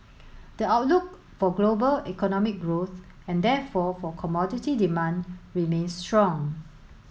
the outlook for global economic growth and therefore for commodity demand remains strong